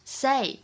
say